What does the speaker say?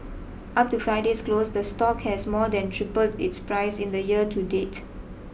up to Friday's close the stock has more than tripled its price in the year to date